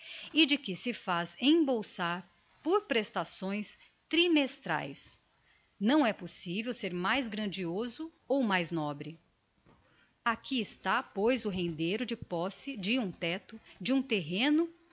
e de que se faz embolsar por prestações trimestraes não é possivel ser mais grandioso ou mais nobre aqui está pois o rendeiro de posse de um tecto de um terreno